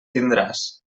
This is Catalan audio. tindràs